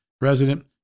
resident